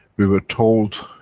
we were told,